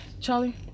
Charlie